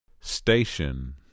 station